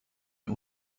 der